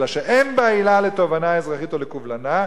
אלא שאין בה עילה לתובענה אזרחית או לקובלנה,